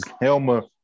Helma